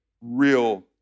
real